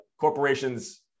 Corporations